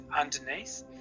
underneath